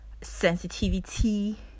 sensitivity